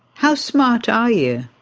how smart are you?